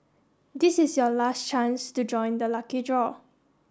this is your last chance to join the lucky draw